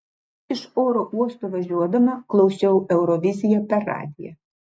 iš oro uosto važiuodama klausiau euroviziją per radiją